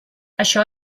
això